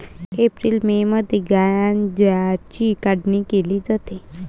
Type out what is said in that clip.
April May मध्ये गांजाची काढणी केली जाते